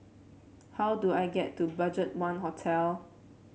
how do I get to BudgetOne Hotel